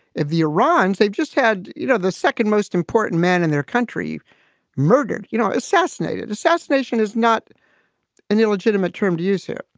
if the iran they've just had you know the second most important man in their country murdered, you know assassinated. assassination is not an illegitimate term to use here,